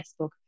Facebook